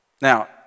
Now